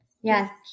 yes